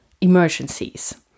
emergencies